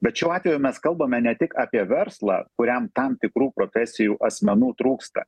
bet šiuo atveju mes kalbame ne tik apie verslą kuriam tam tikrų profesijų asmenų trūksta